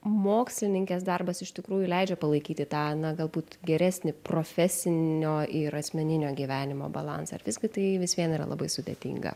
mokslininkės darbas iš tikrųjų leidžia palaikyti tą na galbūt geresnį profesinio ir asmeninio gyvenimo balansą ar visgi tai vis vien yra labai sudėtinga